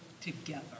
together